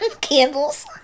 candles